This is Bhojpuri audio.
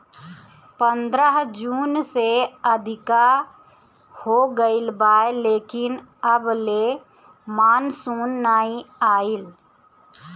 पंद्रह जून से अधिका हो गईल बा लेकिन अबले मानसून नाइ आइल